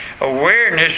awareness